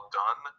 done